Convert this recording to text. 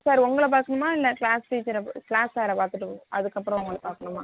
sir உங்களை பார்க்கணுமா இல்லை க்ளாஸ் டீச்சரை க்ளாஸ் சாரை பார்த்துட்டு உ அதுக்கப்புறோம் உங்களை பார்க்கணுமா